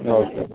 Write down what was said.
okay